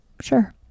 Sure